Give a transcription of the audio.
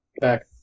back